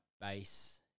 base